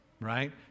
right